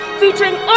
featuring